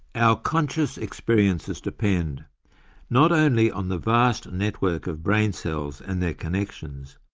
our conscious experiences depend not only on the vast network of brain cells and their connections,